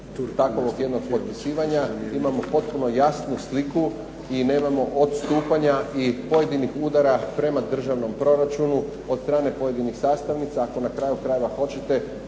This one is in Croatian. takovog jednog potpisivanja imamo potpuno jasnu sliku i nemamo odstupanja i pojedinih udara prema državnom proračunu od strane pojedinih sastavnica. Ako na kraju krajeva hoćete,